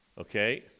Okay